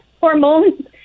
hormones